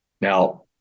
Now